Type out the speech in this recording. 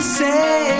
say